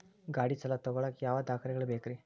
ಗಾಡಿ ಸಾಲ ತಗೋಳಾಕ ಯಾವ ದಾಖಲೆಗಳ ಬೇಕ್ರಿ?